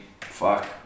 fuck